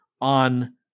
on